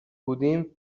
بودیم